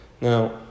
Now